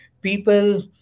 people